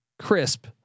crisp